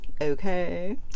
Okay